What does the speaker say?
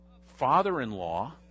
father-in-law